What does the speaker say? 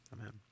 Amen